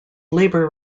labor